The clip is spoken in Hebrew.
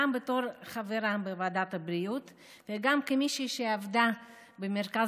גם בתור חברה בוועדת הבריאות וגם כמי שעבדה במרכז